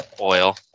oil